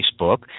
Facebook